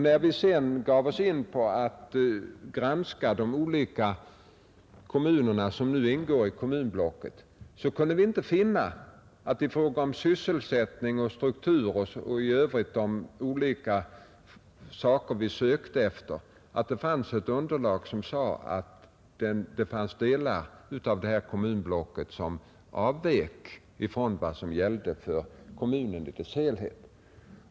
När vi sedan började granska de olika kommuner, som nu ingår i kommunblocket, kunde vi inte finna att några delar av blocket i fråga om sysselsättning, struktur och övriga aspekter, som vi tog upp, avvek från vad som gällde för kommunen i dess helhet.